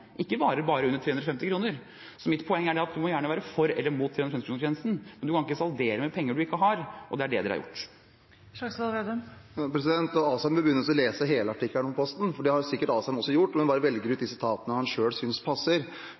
ikke bare varer under 350 kr. Så mitt poeng er at man må gjerne være for eller imot 350-kronersgrensen, men man kan ikke saldere med penger man ikke har, og det er det opposisjonen har gjort. Asheim bør lese hele rapporten til Posten, og det har han sikkert også gjort, men han bare velger ut de sitatene han selv synes passer,